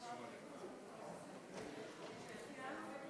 ותיכנס לספר החוקים של מדינת ישראל.